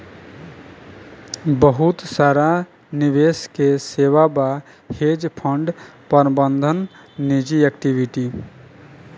बहुत सारा निवेश के सेवा बा, हेज फंड प्रबंधन निजी इक्विटी